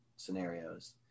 scenarios